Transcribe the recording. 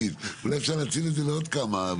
אולי אפשר להאציל את זה לעוד כמה.